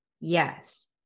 Yes